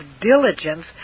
diligence